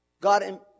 God